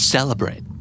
Celebrate